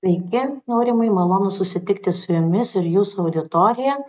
sveiki aurimai malonu susitikti su jumis ir jūsų auditorija